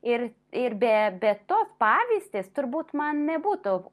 ir ir be be to pavyzdis turbūt man nebūtų